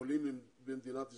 עולים במדינת ישראל.